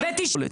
זה לא נכון.